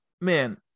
man